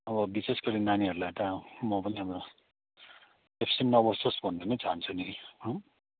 अब विशेष गरेर नानीहरूलाई त म पनि अब एब्सेन्ट नबसोस् भन्ने नै चाहन्छु नि